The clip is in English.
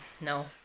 no